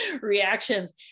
reactions